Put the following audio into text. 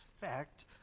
fact